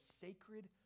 sacred